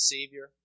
Savior